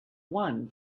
one